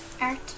Art